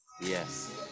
Yes